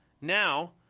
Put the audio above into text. now